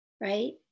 right